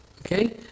Okay